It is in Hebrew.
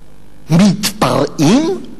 מתפרעים?